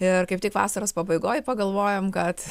ir kaip tik vasaros pabaigoj pagalvojom kad